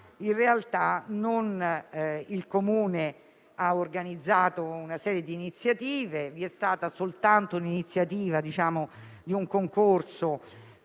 pandemia; il Comune ha organizzato una serie di iniziative; vi è stata soltanto l'iniziativa di un concorso